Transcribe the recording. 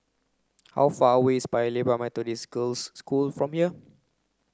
how far away is Paya Lebar Methodist Girls' School from here